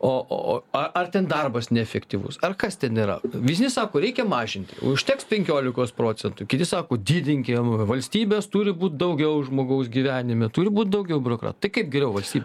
o o a ar ten darbas neefektyvus ar kas ten yra vieni sako reikia mažinti užteks penkiolikos procentų kiti sako didinkim valstybės turi būt daugiau žmogaus gyvenime turi būt daugiau biurokra tai kaip geriau valstyb